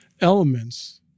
elements